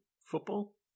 football